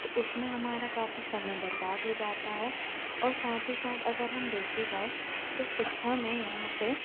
तो उसमें हमारा काफ़ी समय बर्बाद हो जाता है और साथ ही साथ अगर हम देखी जाए तो शिक्षा में यहाँ पर